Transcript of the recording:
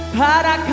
para